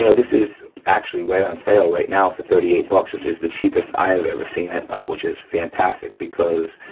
you know this is actually right on sale right now for thirty eight bucks which is the cheapest i have ever seen it, which is fantastic because,